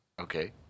Okay